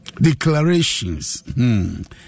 declarations